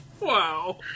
Wow